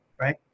right